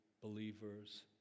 believers